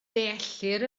deallir